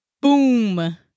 boom